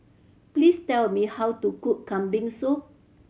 please tell me how to cook Kambing Soup